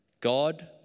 God